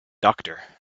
doctor